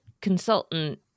consultant